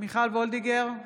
מיכל וולדיגר,